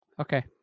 okay